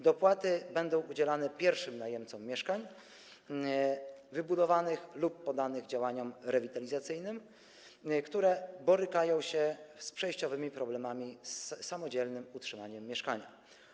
Dopłaty będą udzielane pierwszym najemcom mieszkań - wybudowanych lub poddanych działaniom rewitalizacyjnym - którzy borykają się z przejściowymi problemami z samodzielnym utrzymaniem mieszkania.